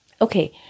Okay